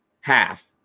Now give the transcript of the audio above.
half